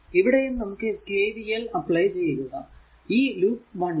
ഇവിടെയും നമുക്ക് KVL apply ചെയ്യുക ഈ ലൂപ്പ് 1 ൽ